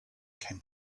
came